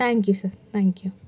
thank you sir thank you